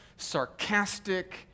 Sarcastic